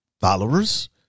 followers